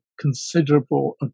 considerable